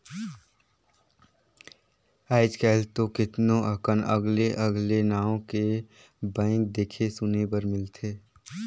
आयज कायल तो केतनो अकन अगले अगले नांव के बैंक देखे सुने बर मिलथे